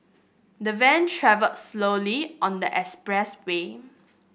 the van travelled slowly on the expressway